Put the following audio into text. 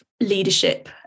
leadership